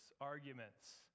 arguments